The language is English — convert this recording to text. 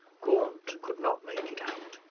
gaunt could not make it out.